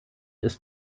ist